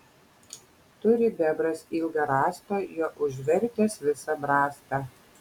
turi bebras ilgą rąstą juo užvertęs visą brastą